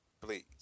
Please